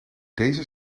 deze